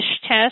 test